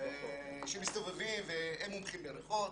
שמסתובבים והם מומחים בריחות,